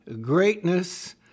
greatness